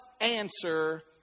answer